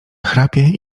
chrapie